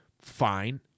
Fine